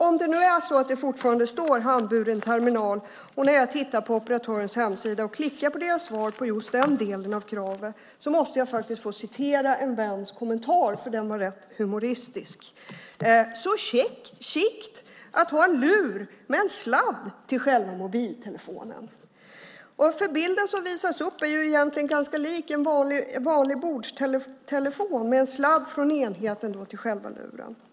Om det fortfarande står "handburen terminal" och jag tittar på operatörens hemsida och klickar på svaret på just den delen av kravet, så måste jag få citera en väns kommentar, för den var rätt humoristisk: "Så chict att ha en lur med en sladd till själva mobiltelefonen." Den telefon som visas på bild är nämligen ganska lik en vanlig bordstelefon med en sladd från enheten till själva luren.